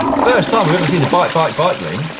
first time we've ever seen the bike-bike-bike lean.